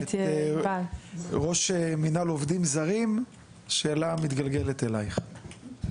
ראש מינהל עובדים זרים, השאלה מתגלגלת אלייך.